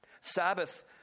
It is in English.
Sabbath